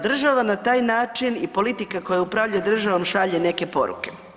Država na taj način i politika koja upravlja državom šalje neke poruke.